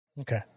okay